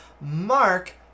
Mark